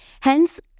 Hence